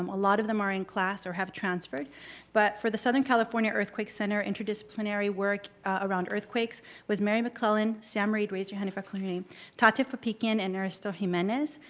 um a lot of them are in class or have transferred but for the southern california earthquake center interdisciplinary work around earthquakes was mary mclellen, sam reed raise your hand if i call your name tatev papikyan and ernesto jimenez.